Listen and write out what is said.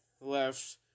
left